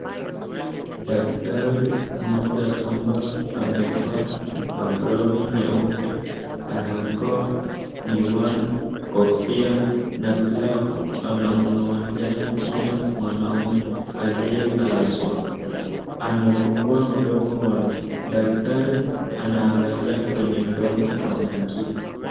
Daktari mmoja ambaye amevaa uproni jeupe ,barakoa, miwani na nglavu anamng'oa jino mwanaume aliyelazwa amefungua mdomo wake. Daktari anaangalia katika mdomo wake.